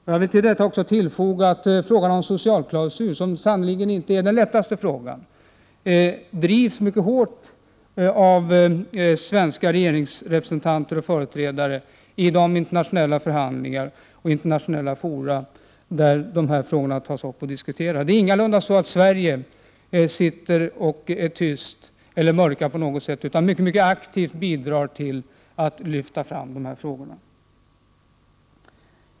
Jag vill tillfoga att frågan om socialklausul, som sannerligen inte är den lättaste frågan, drivs mycket hårt av svenska regeringsrepresentanter i de internationella fora där de här frågorna tas upp och diskuteras. Det är ingalunda så att Sverige sitter tyst — Sverige bidrar mycket aktivt till att lyfta fram dessa frågor.